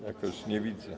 Jakoś nie widzę.